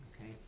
okay